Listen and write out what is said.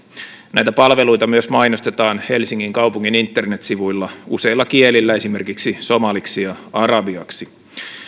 näitä palveluita myös mainostetaan helsingin kaupungin internetsivuilla useilla kielillä esimerkiksi somaliksi ja arabiaksi